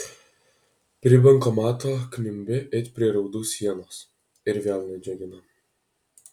prie bankomato kniumbi it prie raudų sienos ir vėl nedžiugina